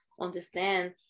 understand